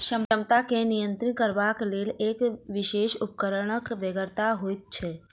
क्षमता के नियंत्रित करबाक लेल एक विशेष उपकरणक बेगरता होइत छै